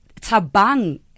Tabang